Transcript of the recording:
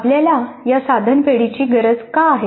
आपल्याला या साधन पेढीची गरज का आहे